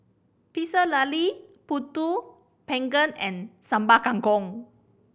Pecel Lele panggang and Sambal Kangkong